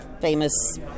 famous